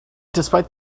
despite